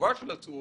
התשובה של התשואות